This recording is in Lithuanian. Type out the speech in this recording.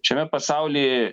šiame pasauly